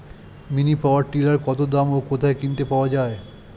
Mini power tiller কত দাম ও কোথায় কিনতে পাওয়া যায়?